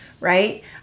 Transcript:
right